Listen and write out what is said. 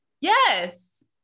Yes